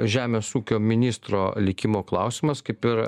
žemės ūkio ministro likimo klausimas kaip ir